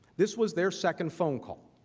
this was their second phone call.